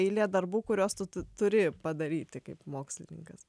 eilė darbų kuriuos tu turi padaryti kaip mokslininkas